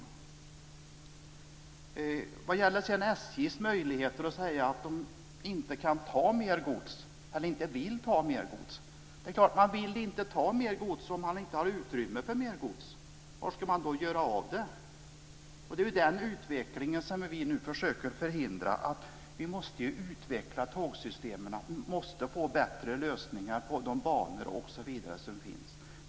Vad sedan gäller SJ:s uttalande att man inte kan ta hand om mer gods vill man naturligtvis inte göra detta om man inte har utrymme för det. Var ska man då göra av det? Vi försöker nu att förhindra en sådan här utveckling. Vi måste utveckla tågsystemen och få bättre lösningar på de banor m.m. som finns.